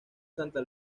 santa